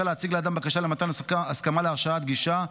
להציג לאדם בקשה למתן הסכמה להרשאת גישה,